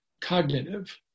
cognitive